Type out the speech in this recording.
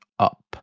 up